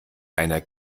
einer